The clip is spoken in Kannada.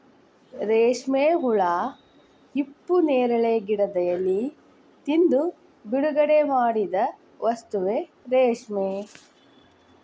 ರೇಶ್ಮೆ ಹುಳಾ ಹಿಪ್ಪುನೇರಳೆ ಗಿಡದ ಎಲಿ ತಿಂದು ಬಿಡುಗಡಿಮಾಡಿದ ವಸ್ತುವೇ ರೇಶ್ಮೆ